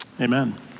Amen